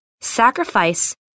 Sacrifice